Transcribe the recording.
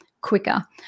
quicker